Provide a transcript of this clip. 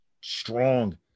strong